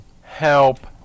help